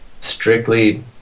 strictly